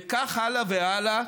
וכך הלאה והלאה.